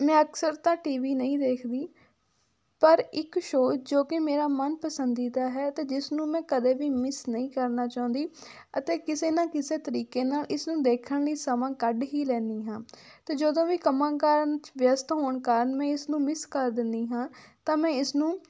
ਮੈਂ ਅਕਸਰ ਤਾਂ ਟੀ ਵੀ ਨਹੀਂ ਦੇਖਦੀ ਪਰ ਇੱਕ ਸ਼ੋਅ ਜੋ ਕਿ ਮੇਰਾ ਮਨ ਪਸੰਦੀਦਾ ਹੈ ਅਤੇ ਜਿਸ ਨੂੰ ਮੈਂ ਕਦੇ ਵੀ ਮਿਸ ਨਹੀਂ ਕਰਨਾ ਚਾਹੁੰਦੀ ਅਤੇ ਕਿਸੇ ਨਾ ਕਿਸੇ ਤਰੀਕੇ ਨਾਲ ਇਸ ਨੂੰ ਦੇਖਣ ਲਈ ਸਮਾਂ ਕੱਢ ਹੀ ਲੈਦੀ ਹਾਂ ਅਤੇ ਜਦੋਂ ਵੀ ਕੰਮਾਂ ਕਾਰਾਂ 'ਚ ਵਿਅਸਤ ਹੋਣ ਕਾਰਨ ਮੈਂ ਇਸਨੂੰ ਮਿਸ ਕਰ ਦਿੰਦੀ ਹਾਂ ਤਾਂ ਮੈਂ ਇਸਨੂੰ